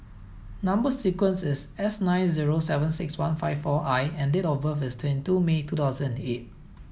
number sequence is S nine zero seven six one five four I and date of birth is twenty two May two thousand and eight